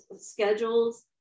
schedules